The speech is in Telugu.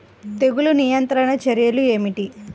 తెగులు నియంత్రణ చర్యలు ఏమిటి?